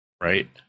right